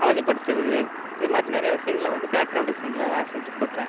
அமைதிப்படுத்துகிறது இது மாதிரி நிறையா விசயங்கள வந்து பேக்கிரௌண்டு விசயங்களெல்லாம் நான் செஞ்சு கொடுப்பேன்